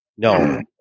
No